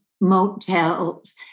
motels